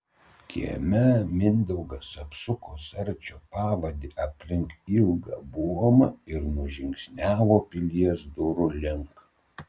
kieme mindaugas apsuko sarčio pavadį aplink ilgą buomą ir nužingsniavo pilies durų link